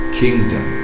kingdom